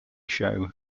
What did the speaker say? show